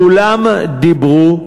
כולם דיברו,